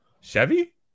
Chevy